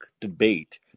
debate